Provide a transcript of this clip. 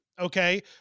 okay